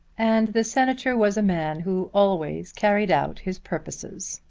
and the senator was a man who always carried out his purposes.